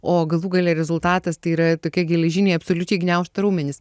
o galų gale rezultatas tai yra tokie geležiniai absoliučiai gniaužto raumenys